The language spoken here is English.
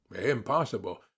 impossible